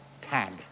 tag